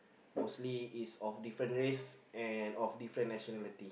mostly is of different race and of different nationality